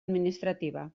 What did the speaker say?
administrativa